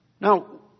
Now